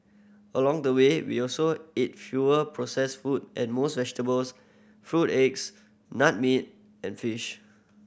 along the way we also ate fewer processed food and vegetables fruit eggs nut meat and fish